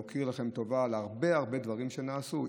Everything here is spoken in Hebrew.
להכיר לכם טובה על הרבה הרבה דברים נוספים.